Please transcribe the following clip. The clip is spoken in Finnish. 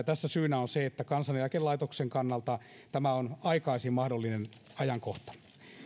tässä syynä on se että kansaneläkelaitoksen kannalta tämä on aikaisin mahdollinen ajankohta